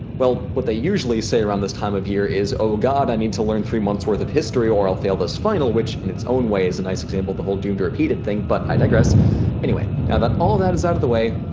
well, what they usually say around this time of year is oh, god, i need to learn three months worth of history or i'll fail this final which in its own way is a nice example of the whole doomed to repeating thing but i digress anyway, now that all that is out of the way,